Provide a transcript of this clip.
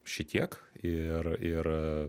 šitiek ir ir